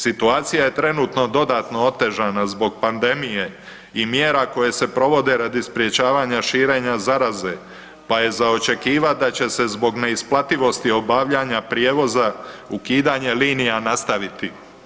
Situacija je trenutno dodatno otežana zbog pandemije i mjera koje se provode radi sprječavanja širenja zaraze, pa je za očekivati da će se zbog neisplativosti obavljanja prijevoza ukidanje linija nastaviti.